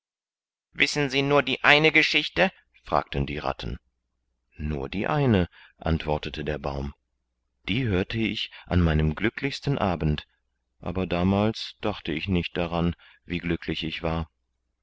wissen sie nur die eine geschichte fragten die ratten nur die eine antwortete der baum die hörte ich an meinem glücklichsten abend aber damals dachte ich nicht daran wie glücklich ich war